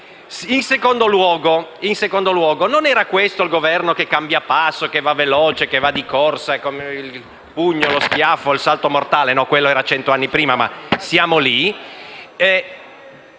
in vigore da anni? Non era questo il Governo che cambia passo, che va veloce e di corsa, con il pugno, lo schiaffo e il salto mortale? No, quello era di cento anni prima, ma siamo lì!